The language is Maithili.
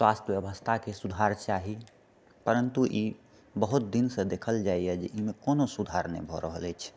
स्वास्थ्य व्यवस्थाके सुधार चाही परन्तु ई बहुत दिनसँ देखल जाइए जे एहिमे कोनो सुधार नहि भऽ रहल अछि